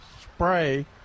spray